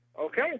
Okay